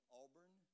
Auburn